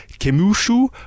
Kemushu